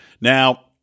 Now